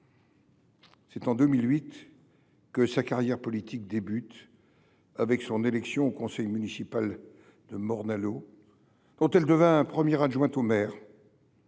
C’est en 2008 que sa carrière politique commence, avec son élection au conseil municipal de Morne-à-l’Eau, où elle devient première adjointe au maire.